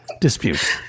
dispute